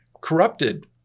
corrupted